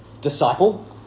disciple